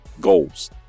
goals